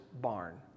barn